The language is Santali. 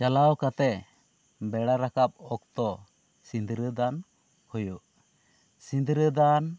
ᱪᱟᱞᱟᱣ ᱠᱟᱛᱮᱜᱮ ᱵᱮᱲᱟ ᱨᱟᱠᱟᱵ ᱚᱠᱛᱚ ᱥᱤᱸᱫᱽᱨᱟᱹᱫᱟᱱ ᱦᱩᱭᱩᱜ ᱥᱤᱸᱫᱽᱨᱟᱹᱫᱟᱱ